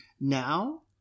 Now